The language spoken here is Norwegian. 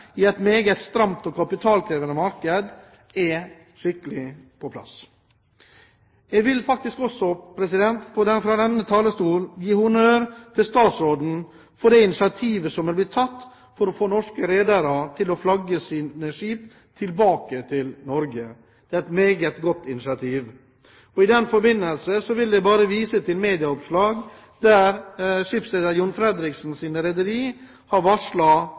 i et meget stramt og kapitalkrevende marked er skikkelig på plass. Jeg vil faktisk også fra denne talerstol gi honnør til statsråden for det initiativet som er blitt tatt for å få norske redere til å flagge sine skip tilbake til Norge. Det er et meget godt initiativ. I den forbindelse vil jeg bare vise til medieoppslag der skipsreder John Fredriksens rederier har